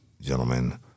gentlemen